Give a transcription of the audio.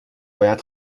باید